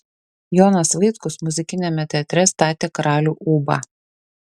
jonas vaitkus muzikiniame teatre statė karalių ūbą